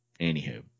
anywho